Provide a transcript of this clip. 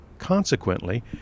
Consequently